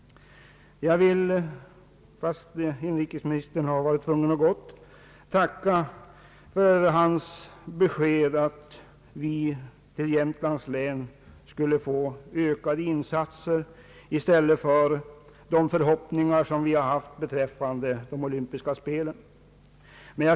Fastän inrikesministern har varit tvungen att gå, vill jag tacka för hans besked om att vi i Jämtlands län kommer att få del av ökade insatser i stället för dem som vi hade hoppats på i samband med anordnandet av olympiska spel.